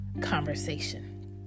conversation